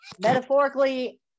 Metaphorically